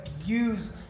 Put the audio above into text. abuse